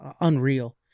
unreal